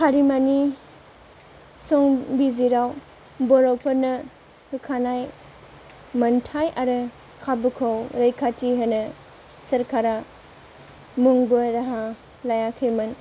हारिमानि संबिजिराव बर'फोरनो होखानाय मोन्थाय आरो खाबुखौ रैखाथि होनो सोरखारा मोनबो राहा लायाखैमोन